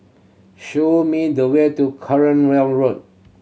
show me the way to Cranwell Road